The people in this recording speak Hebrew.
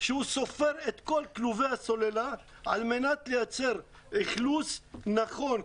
שהוא סופר את כל כלובי הסוללה על מנת לייצר אכלוס נכון,